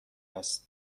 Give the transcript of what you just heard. است